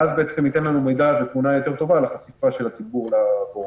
ואז זה ייתן לנו מידע ותמונה יותר טובה לחשיפה של הציבור לקורונה.